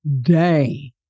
day